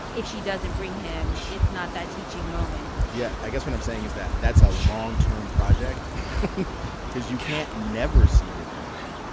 if she doesn't bring him, it's not that teaching moment yeah. i guess what i'm saying is that that's a long-term project cause you can't never see your family.